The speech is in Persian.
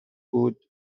بود